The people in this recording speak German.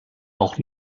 auch